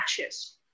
ashes